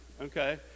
okay